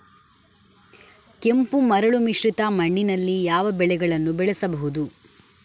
ಕೆಂಪು ಮರಳು ಮಿಶ್ರಿತ ಮಣ್ಣಿನಲ್ಲಿ ಯಾವ ಬೆಳೆಗಳನ್ನು ಬೆಳೆಸಬಹುದು?